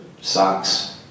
socks